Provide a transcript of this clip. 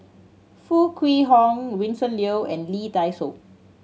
Foo Kwee Horng Vincent Leow and Lee Dai Soh